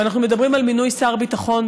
ואנחנו מדברים על מינוי שר ביטחון,